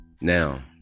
Now